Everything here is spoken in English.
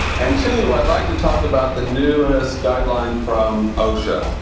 and two, i'd like to talk about the newest guideline from osha.